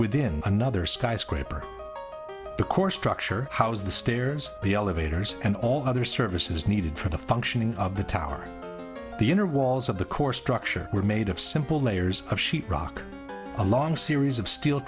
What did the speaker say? within another skyscraper the core structure how's the stairs the elevators and all other services needed for the functioning of the towers the inner walls of the core structure were made of simple layers of sheet rock a long series of steel